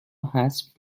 حذف